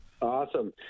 Awesome